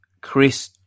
Chris